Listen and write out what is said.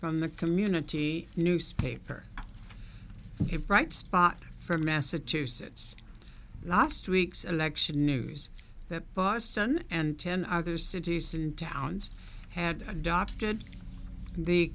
from the community newspaper a bright spot for massachusetts last week's election news that boston and ten other cities and towns had adopted the